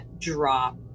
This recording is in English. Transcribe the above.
drop